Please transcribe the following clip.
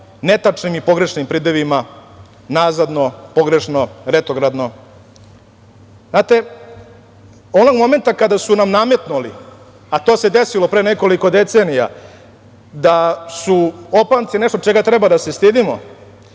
netačnim i pogrešnim pridevima – nazadno, pogrešno, retrogradno. Znate, onog momenta kada su nam nametnuli, a to se desilo pre nekoliko decenija, da su opanci nešto čega treba da se stidimo,